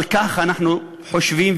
אבל ככה אנחנו חושבים,